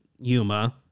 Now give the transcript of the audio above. Yuma